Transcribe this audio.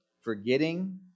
forgetting